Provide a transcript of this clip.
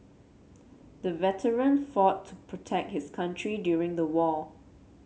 the veteran fought to protect his country during the war